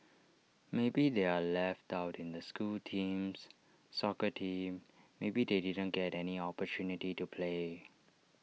maybe they are left out in the school teams soccer team maybe they didn't get any opportunity to play